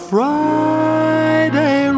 Friday